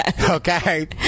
okay